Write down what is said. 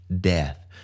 death